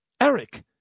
Eric